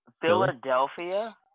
Philadelphia